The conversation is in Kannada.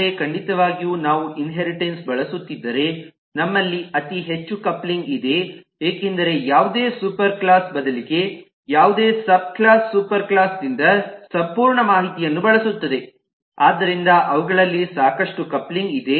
ಆದರೆ ಖಂಡಿತವಾಗಿಯೂ ನಾವು ಇನ್ಹೇರಿಟೆನ್ಸ್ ಬಳಸುತ್ತಿದ್ದರೆ ನಮ್ಮಲ್ಲಿ ಅತಿ ಹೆಚ್ಚು ಕಪ್ಲಿಂಗ್ ಇದೆ ಏಕೆಂದರೆ ಯಾವುದೇ ಸೂಪರ್ಕ್ಲಾಸ್ ಬದಲಿಗೆ ಯಾವುದೇ ಸಬ್ಕ್ಲಾಸ್ ಸೂಪರ್ಕ್ಲಾಸ್ ನಿಂದ ಸಂಪೂರ್ಣ ಮಾಹಿತಿಯನ್ನು ಬಳಸುತ್ತದೆ ಆದ್ದರಿಂದ ಅವುಗಳಲ್ಲಿ ಸಾಕಷ್ಟು ಕಪ್ಲಿಂಗ್ ಇದೆ